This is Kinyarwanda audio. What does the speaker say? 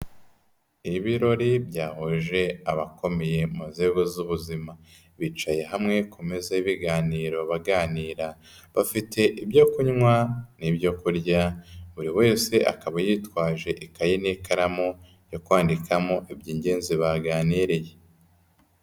Ibirori byahuje abakomeye mu nzego z'ubuzima. Bicaye hamwe ku meza y'ibiganiro baganira, bafite ibyo kunywa n'ibyo kurya, buri wese akaba yitwaje ikayi n'ikaramu yo kwandikamo iby'ingenzi baganiriye.